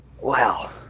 Wow